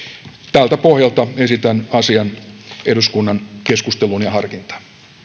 tältä pohjalta esitän asian eduskunnan keskusteluun ja harkintaan